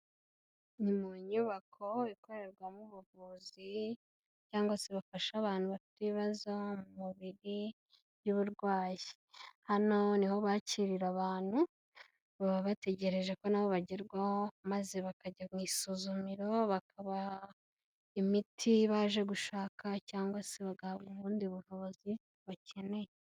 Ni mu nyubako ikorerwamo ubuvuzi cyangwa se bafasha abantu bafite ibibazo mu mubiri y'uburwayi, hano niho bakirira abantu baba bategereje ko nabo bagerwaho maze bakajya mu isuzumiro bakabaha imiti baje gushaka cyangwa se bagahabwa ubundi buvuzi bakeneye.